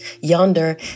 yonder